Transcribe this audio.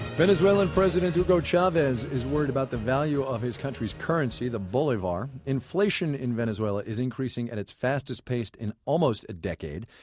venezuelan president hugo chavez is worried about the value of his country's currency, the bolivar. inflation in venezuela is increasing at its fastest pace in almost a decade.